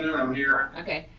i'm here. okay.